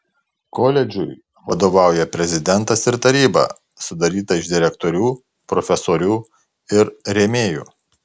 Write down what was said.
koledžui vadovauja prezidentas ir taryba sudaryta iš direktorių profesorių ir rėmėjų